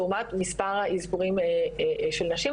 לעומת מספר האזכורים של נשים,